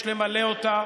יש למלא אותה,